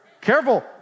careful